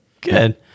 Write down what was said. Good